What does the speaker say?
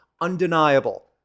Undeniable